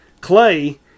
Clay